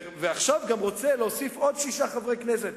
עכשיו הוא גם רוצה להוסיף עוד שישה חברי כנסת,